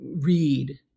read